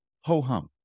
ho-hum